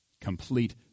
Complete